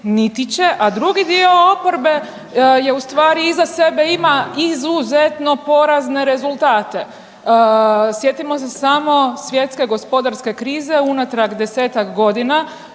A drugi dio oporbe je u stvari iza sebe ima izuzetno porazne rezultate. Sjetimo se samo Svjetske gospodarske krize unatrag desetak godina